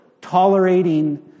tolerating